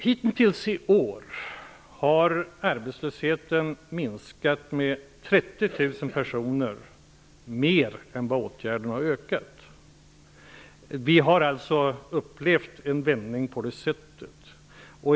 Hittills i år har arbetslösheten minskat med 30 000 personer mer än vad åtgärderna har ökat. Vi har alltså upplevt en vändning.